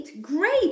great